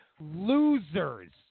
losers